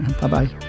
Bye-bye